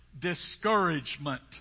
discouragement